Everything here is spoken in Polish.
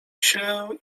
się